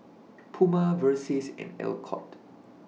Puma Versace and Alcott